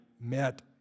met